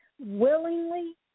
willingly